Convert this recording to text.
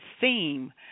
theme